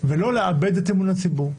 ולא לאבד את אמון הציבור.